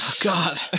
God